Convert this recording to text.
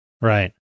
Right